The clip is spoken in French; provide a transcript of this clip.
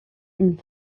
une